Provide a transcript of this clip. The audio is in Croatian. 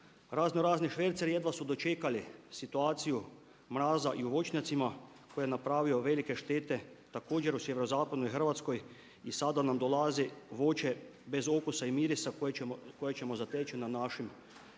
Raznorazni šverceri jedva su dočekali situaciju mraza i u voćnjacima koji je napravio velike štete također u sjeverozapadnoj Hrvatskoj i sada nam dolazi voće bez okusa i mirisa koje ćemo zateći na našim